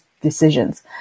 decisions